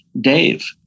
Dave